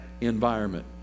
environment